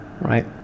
right